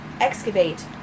Excavate